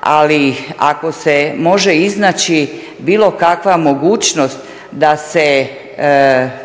ali ako se može iznaći bilo kakva mogućnost da se